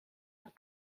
were